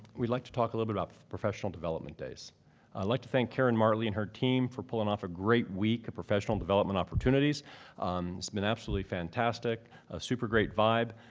we'd like to talk a little bit about professional development days. i'd like to thank karen martley and her team for pulling off a great week of professional development opportunities. it's been absolutely fantastic, a super-great vibe,